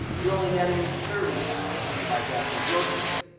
you're only netting thirty thousand to buy gas and groceries.